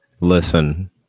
Listen